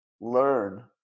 learn